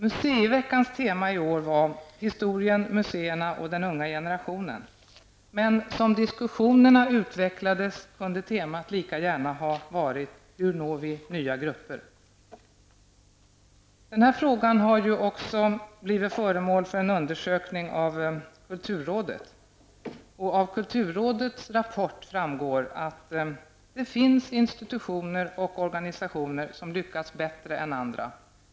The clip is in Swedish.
Museiveckans tema i år var Historien, museerna och den unga generationen, men som diskussionerna utvecklades kunde temat lika gärna ha varit: Hur når vi nya grupper? Den här frågan har ju också blivit föremål för en undersökning av kulturrådet. Av kulturrådets rapport framgår att det finns institutioner och organisationer som lyckats bättre än andra.